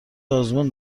آزمون